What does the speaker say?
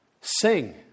sing